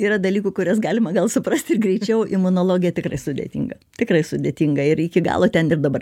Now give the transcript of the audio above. yra dalykų kuriuos galima gal suprasti ir greičiau imunologija tikrai sudėtinga tikrai sudėtinga ir iki galo ten ir dabar